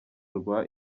rwa